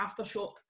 aftershock